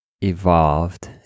evolved